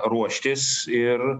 ruoštis ir